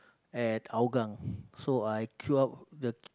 at Hougang so I queue up the